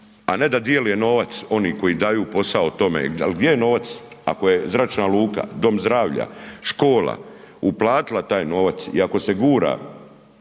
a ne da dijele novac oni koji daju posao tome, al gdje je novac ako je zračna luka, dom zdravlja, škola, uplatila taj novac i ako se gura